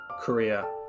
Korea